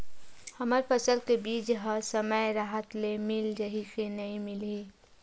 हमर फसल के बीज ह समय राहत ले मिल जाही के नी मिलही?